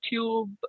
YouTube